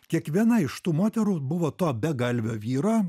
kiekviena iš tų moterų buvo to begalvio vyro